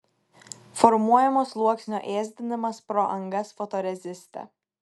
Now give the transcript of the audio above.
formuojamo sluoksnio ėsdinimas pro angas fotoreziste